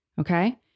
okay